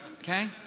okay